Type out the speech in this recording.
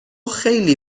خیلی